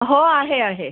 हो आहे आहे